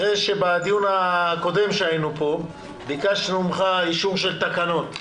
אחרי שבדיון הקודם שהיינו פה ביקשנו ממך אישור של תקנות.